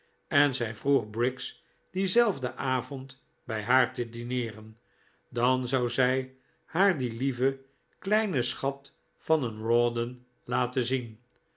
en zij vroeg briggs dienzelfden avond bij haar te dineeren dan zou zij haar dien lieven kleinen schat van een rawdon laten zien